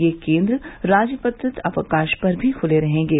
ये केंद्र राजपत्रित अवकाश पर भी खुले रहेंगे